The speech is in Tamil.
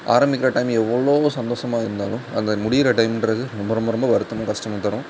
ஆரமிக்கிற டைம் எவ்வளவு சந்தோஷமா இருந்தாலும் அந்த முடியுற டைமுன்றது ரொம்ப ரொம்ப ரொம்ப வருத்தமும் கஷ்டமும் தரும்